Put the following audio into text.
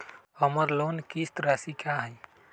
हमर लोन किस्त राशि का हई?